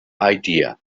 idea